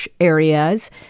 areas